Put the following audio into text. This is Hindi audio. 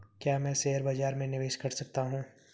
क्या मैं शेयर बाज़ार में निवेश कर सकता हूँ?